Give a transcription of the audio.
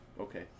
Okay